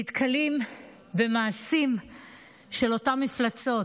נתקלים במעשים של אותן מפלצות.